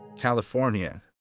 California